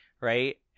Right